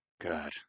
God